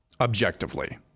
Objectively